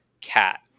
Cat